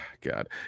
God